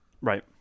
right